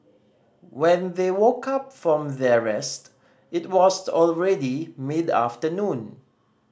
when they woke up from their rest it was already mid afternoon